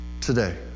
today